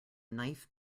knife